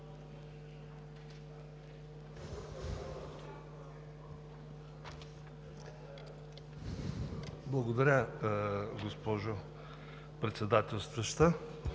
Благодаря, госпожо Председателстваща.